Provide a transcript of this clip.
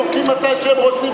הם זורקים מתי שהם רוצים,